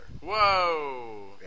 Whoa